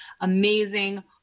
amazing